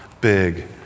big